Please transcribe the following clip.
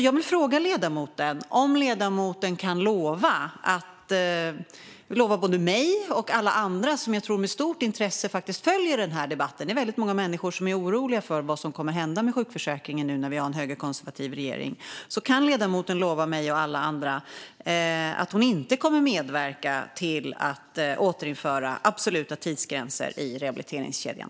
Jag vill fråga ledamoten om hon kan lova både mig och alla andra som jag tror följer den här debatten med stort intresse - det är väldigt många människor som är oroliga för vad som kommer att hända med sjukförsäkringen nu när vi har en högerkonservativ regering - att hon inte kommer att medverka till att återinföra absoluta tidsgränser i rehabiliteringskedjan.